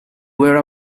were